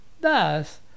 Thus